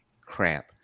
crap